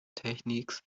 techniques